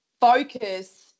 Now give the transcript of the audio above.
focus